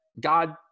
God